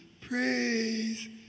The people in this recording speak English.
praise